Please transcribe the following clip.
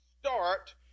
start